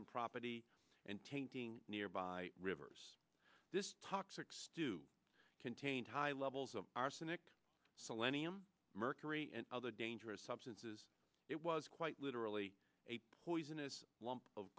and property and tainting nearby rivers this toxic stew contains high levels of arsenic so lenny i'm mercury and other dangerous substances it was quite literally a poisonous lump of